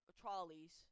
trolleys